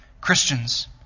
Christians